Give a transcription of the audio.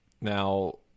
Now